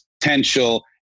potential